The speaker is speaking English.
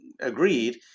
agreed